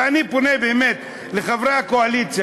ואני פונה באמת לחברי הקואליציה,